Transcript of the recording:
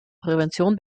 prävention